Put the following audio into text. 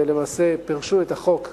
ולמעשה פירשו את החוק כנדרש.